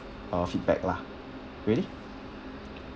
uh feedback lah ready